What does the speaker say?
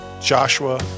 Joshua